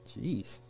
Jeez